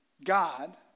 God